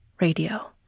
radio